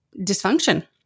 dysfunction